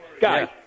Guys